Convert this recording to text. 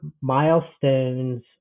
milestones